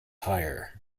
hire